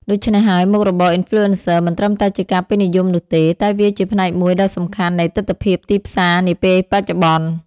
ដូច្នេះហើយ មុខរបរ Influencer មិនត្រឹមតែជាការពេញនិយមនោះទេ តែវាជាផ្នែកមួយដ៏សំខាន់នៃទិដ្ឋភាពទីផ្សារនាពេលបច្ចុប្បន្ន។